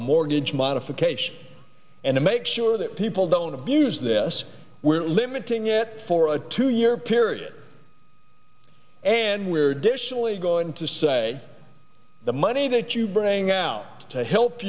mortgage modification and to make sure that people don't abuse this where limiting it for a two year period and we're dished only go to say the money that you bring out to help